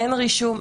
אין רישום.